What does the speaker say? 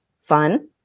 fun